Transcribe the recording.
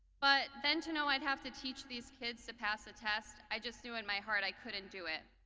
but then to know i'd have to teach these kids to pass a test. i just knew in my heart i couldn't do it.